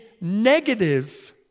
negative